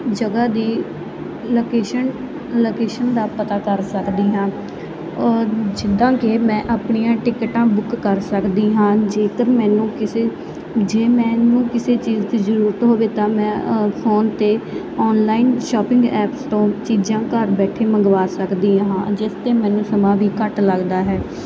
ਜਗ੍ਹਾ ਦੀ ਲੋਕੇਸ਼ਨ ਦਾ ਪਤਾ ਕਰ ਸਕਦੀ ਹਾਂ ਔਰ ਜਿੱਦਾਂ ਕਿ ਮੈਂ ਆਪਣੀਆਂ ਟਿਕਟਾਂ ਬੁੱਕ ਕਰ ਸਕਦੀ ਹਾਂ ਜੇਕਰ ਮੈਨੂੰ ਕਿਸੇ ਜੇ ਮੈਂਨੂੰ ਕਿਸੇ ਚੀਜ਼ ਦੀ ਜਰੂਰਤ ਹੋਵੇ ਤਾਂ ਮੈਂ ਫੋਨ ਤੇ ਆਨਲਾਈਨ ਸ਼ਾਪਿੰਗ ਐਪਸ ਤੋਂ ਚੀਜ਼ਾਂ ਘਰ ਬੈਠੇ ਮੰਗਵਾ ਸਕਦੀ ਹਾਂ ਜਿਸ ਤੇ ਮੈਨੂੰ ਸਮਾਂ ਵੀ ਘੱਟ ਲੱਗਦਾ ਹੈ